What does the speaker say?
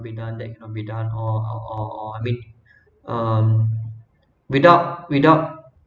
we've done that we've done or or or or I mean um without without